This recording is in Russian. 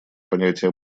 понятия